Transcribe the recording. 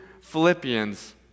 Philippians